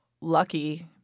lucky